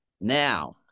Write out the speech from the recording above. Now